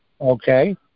okay